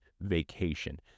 vacation